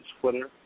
Twitter